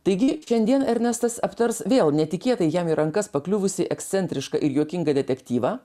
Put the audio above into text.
taigi šiandien ernestas aptars vėl netikėtai jam į rankas pakliuvusį ekscentrišką ir juokingą detektyvą